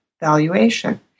Valuation